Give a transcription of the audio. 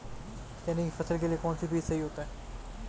चने की फसल के लिए कौनसा बीज सही होता है?